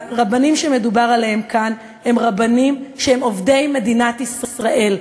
הרבנים שמדובר עליהם כאן הם רבנים שהם עובדי מדינת ישראל.